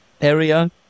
area